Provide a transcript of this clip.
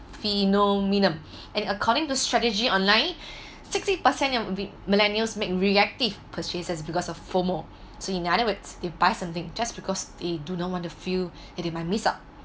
phenomenum and according to strategy online sixty percent of millennials make reactive purchases because of FOMO so in other words they buy something just because they do not want to feel that they might miss out